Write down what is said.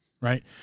right